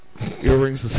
Earrings